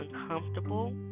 uncomfortable